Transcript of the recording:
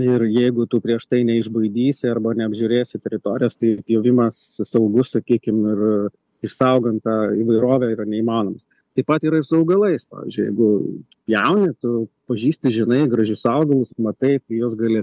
ir jeigu tu prieš tai neišbaidysi arba neapžiūrėsi teritorijos tai pjovimas saugus sakykim ir išsaugant tą įvairovę yra neįmanomas taip pat yra ir su augalais pavyzdžiui jeigu pjauni tu pažįsti žinai gražius augalus matai juos gali